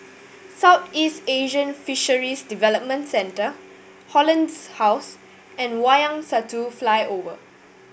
Southeast Asian Fisheries Development Centre Hollandse house and Wayang Satu Flyover